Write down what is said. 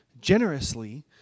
generously